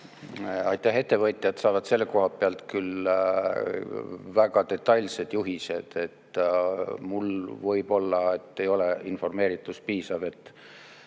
Aitäh! Ettevõtjad saavad selle koha pealt küll väga detailsed juhised. Mul võib-olla ei ole informeeritus piisav, et